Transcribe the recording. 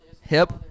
Hip